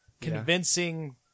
convincing